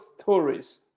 stories